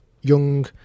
young